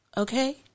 okay